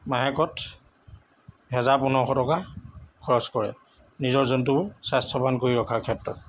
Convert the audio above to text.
মাহেকত হেজাৰ পোন্ধৰশ টকা খৰচ কৰে নিজৰ জন্তু স্বাস্থ্যৱান কৰি ৰখাৰ ক্ষেত্ৰত